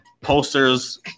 posters